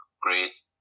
great